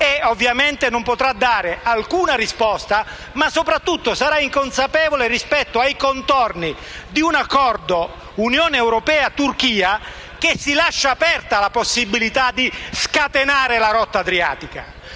ovviamente non potrà dare alcuna risposta, ma soprattutto sarà inconsapevole rispetto ai contorni di un accordo Unione europea-Turchia che lascia aperta la possibilità di scatenare la rotta adriatica.